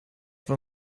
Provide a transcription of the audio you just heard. van